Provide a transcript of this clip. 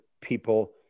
people